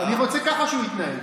אני רוצה שככה הוא יתנהג.